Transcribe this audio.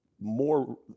more